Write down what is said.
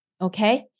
okay